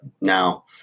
Now